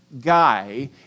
guy